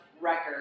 record